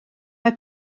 mae